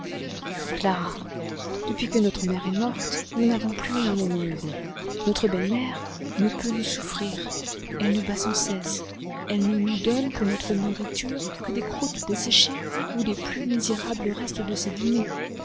clara depuis que notre mère est morte nous n'avons plus un moment heureux notre belle-mère ne peut nous souffrir elle nous bat sans cesse elle ne nous donne pour notre nourriture que des croûtes desséchées ou les plus misérables restes de ses dîners